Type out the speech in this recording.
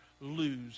lose